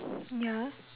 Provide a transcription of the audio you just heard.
ya